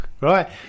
right